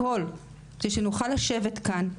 הכול, כדי שנוכל לשבת כאן,